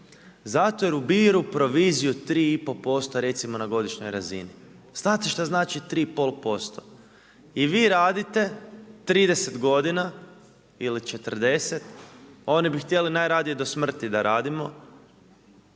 Zato jer ubiru proviziju 3,5% recimo na godišnjoj razini. Znate šta znači 3,5%. I vi radite 30 godina ili 40, oni bi htjeli najradije do smrti da radimo,